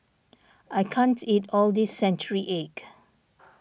I can't eat all this Century Egg